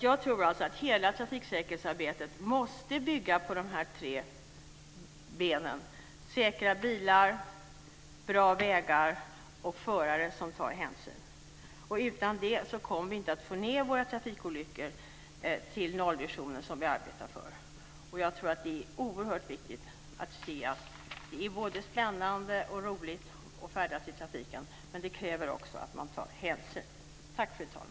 Jag tror alltså att hela trafiksäkerhetsarbetet måste bygga på de här tre benen: säkra bilar, bra vägar och förare som tar hänsyn. Utan det kommer vi inte att få ned antalet trafikolyckor till noll - den nollvision som vi arbetar för. Jag tror att det är oerhört viktigt att se att det är både spännande och roligt att färdas i trafiken, men det kräver också att man tar hänsyn.